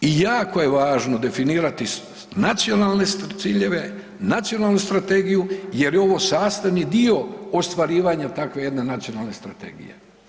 I jako je važno definirati nacionalne ciljeve, nacionalnu strategiju jer je ovo sastavni dio ostvarivanja takve jedne nacionalne strategije.